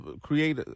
create